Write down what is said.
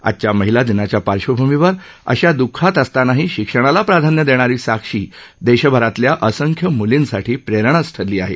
आजच्या महिला दिनाच्या पार्श्वभूमीवर अशा द्ःखात असतानाही शिक्षणाला प्राधान्य देणारी साक्षी देशभरताल्या असंख्य मुलींसाठी प्रेरणा ठरलीच आहे